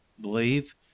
believe